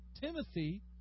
Timothy